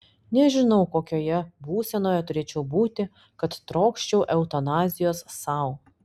nežinau kokioje būsenoje turėčiau būti kad trokščiau eutanazijos sau